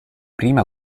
prima